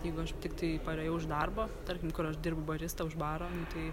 jeigu aš tiktai parėjau iš darbo tarkim kur aš dirbu barista už baro nu tai